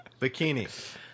Bikini